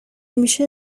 میشه